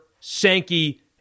Sankey